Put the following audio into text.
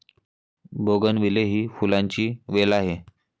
bougainvillea ही फुलांची वेल आहे